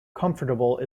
comfortable